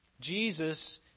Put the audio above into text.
Jesus